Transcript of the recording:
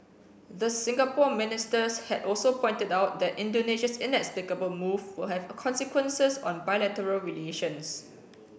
the Singapore ministers had also pointed out that Indonesia's inexplicable move will have consequences on bilateral relations